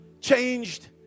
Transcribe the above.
changed